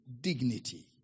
dignity